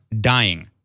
dying